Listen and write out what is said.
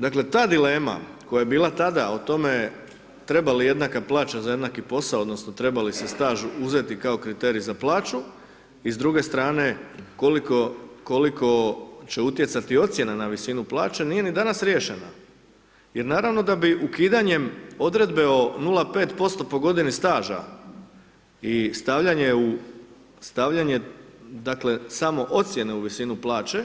Dakle, ta dilema koja je bila tada, o tome treba li jednaka plaća za jednaki posao odnosno treba li se staž uzeti kao kriterij za plaću i s druge strane, koliko će utjecati ocjena na visinu plaće, nije ni danas riješena jer naravno da bi ukidanjem odredbe od 0,5% po godini staža i stavljanje u, stavljanje, dakle, samo ocjene u visinu plaće,